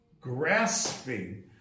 grasping